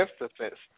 instances